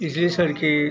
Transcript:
इसी सर की